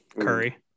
Curry